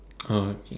oh okay